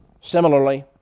Similarly